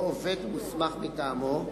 או עובד מוסמך מטעמו,